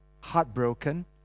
heartbroken